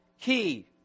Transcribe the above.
key